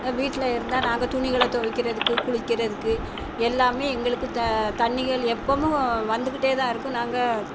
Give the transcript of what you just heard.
வீட்டில் இருந்தால் நாங்கள் துணிகளை துவைக்கிறதுக்கு குளிக்கிறதுக்கு எல்லாமே எங்களுக்கு தெ தண்ணிகள் எப்போதும் வந்துக்கிட்டேதான் இருக்கும் நாங்கள்